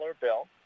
bill